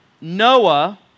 Noah